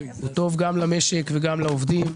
טוב גם למשק וגם לעובדים,